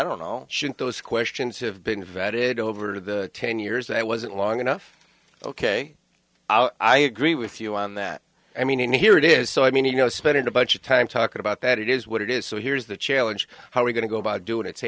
know shouldn't those questions have been vetted over the ten years that i wasn't long enough ok i agree with you on that i mean here it is so i mean you know spending a bunch of time talking about that it is what it is so here's the challenge how are we going to go about doing it say